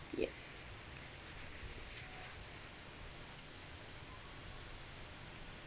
yes